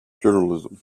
journalism